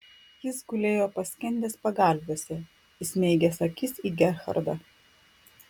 jis gulėjo paskendęs pagalviuose įsmeigęs akis į gerhardą